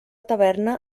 taverna